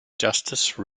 justice